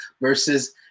versus